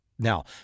Now